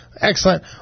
Excellent